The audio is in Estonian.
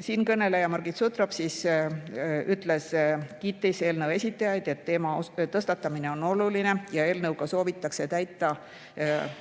Siinkõneleja Margit Sutrop kiitis eelnõu esitajaid, sest teema tõstatamine on oluline. Aga eelnõuga soovitakse täita